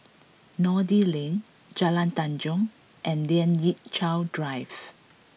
Noordin Lane Jalan Tanjong and Lien Ying Chow Drive